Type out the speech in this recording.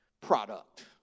product